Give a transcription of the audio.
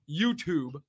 YouTube